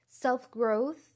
self-growth